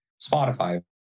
Spotify